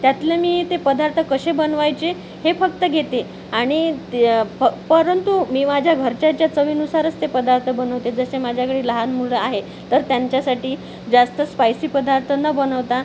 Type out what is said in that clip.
त्यातले मी ते पदार्थ कसे बनवायचे हे फक्त घेते आणि ते प परंतु मी माझ्या घरच्याच्या चवीनुसारच ते पदार्थ बनवते जसे माझ्या घरी लहान मुलं आहेत तर त्यांच्यासाठी जास्त स्पायसी पदार्थ न बनवता